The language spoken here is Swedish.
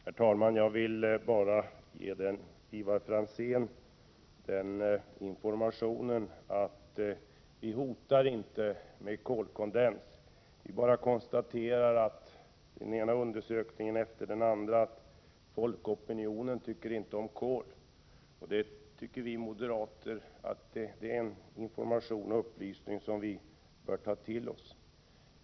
Herr talman! Jag vill bara ge Ivar Franzén den informationen att vi inte hotar med kolkondens. Vi bara konstaterar att folkopinionen enligt den ena undersökningen efter den andra inte tycker om kol. Vi moderater tycker att det är en upplysning som vi bör ta till oss.